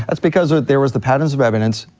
that's because there was the patterns of evidence,